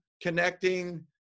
connecting